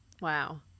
wow